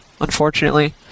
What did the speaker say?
unfortunately